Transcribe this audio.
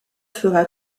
fera